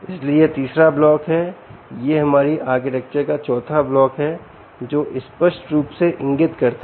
इसलिए यह तीसरा ब्लॉक है यह हमारी आर्किटेक्चर का चौथा ब्लॉक है जो स्पष्ट रूप से इंगित करता है